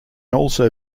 also